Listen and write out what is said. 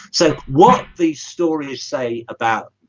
so what these stories say about